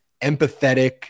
empathetic